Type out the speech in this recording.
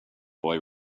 boy